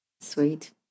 Sweet